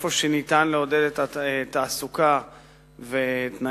שאיפה שניתן לעודד את התעסוקה ותנאי